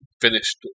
finished